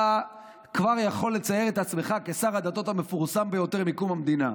אתה כבר יכול לצייר את עצמך כשר הדתות המפורסם ביותר מקום המדינה.